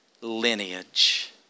lineage